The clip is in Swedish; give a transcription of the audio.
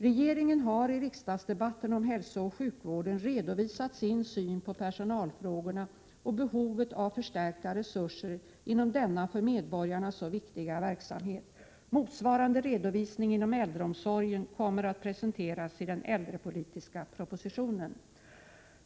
Regeringen har i riksdagsdebatten om hälsooch sjukvården redovisat sin syn på personalfrågorna och behovet av förstärkta resurser inom denna för medborgarna så viktiga verksamhet. Motsvarande redovisning inom äldreomsorgen kommer att presenteras i den äldrepolitiska propositionen.